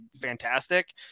fantastic